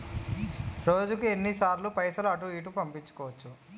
రోజుకు ఎన్ని సార్లు పైసలు అటూ ఇటూ పంపించుకోవచ్చు?